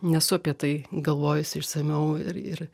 nesu apie tai galvojusi išsamiau ir ir